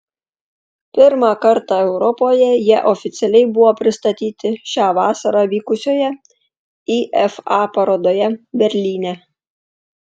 pirmą kartą europoje jie oficialiai buvo pristatyti šią vasarą vykusioje ifa parodoje berlyne